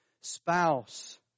spouse